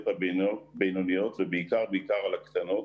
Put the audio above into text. הבינוניות ובעיקר-בעיקר על הקטנות,